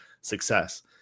success